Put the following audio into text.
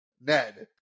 Ned